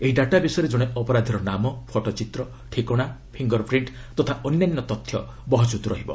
ଏହି ଡାଟାବେସ୍ରେ ଜଣେ ଅପରାଧୀର ନାମ ଫଟୋଚିତ୍ର ଠିକଣା ପିଙ୍ଗରପ୍ରିଣ୍ଣ ତଥା ଅନ୍ୟାନ୍ୟ ତଥ୍ୟ ମହଜୂଦ ରହିବ